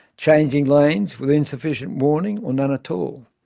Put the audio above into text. changing lanes with insufficient warning or none at all.